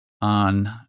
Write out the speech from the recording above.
on